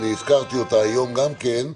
הזכרתי אותה היום גם כן,